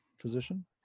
physician